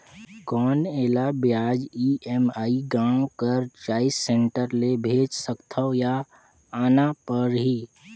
कौन एला ब्याज ई.एम.आई गांव कर चॉइस सेंटर ले भेज सकथव या आना परही?